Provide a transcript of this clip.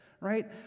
right